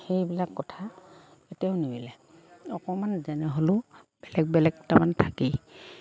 সেইবিলাক কথা কেতিয়াও নিমিলে অকণমান যেনে হ'লেও বেলেগ বেলেগ তাৰমানে থাকেই